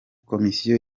komisiyo